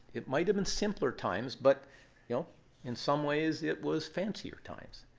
it might have been simpler times, but you know in some ways it was fancier times.